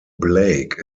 blake